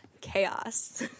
chaos